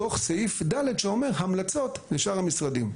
תוך סעיף ד' שאומר "המלצות לשאר המשרדים".